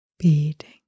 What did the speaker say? beating